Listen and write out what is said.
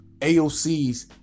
AOCs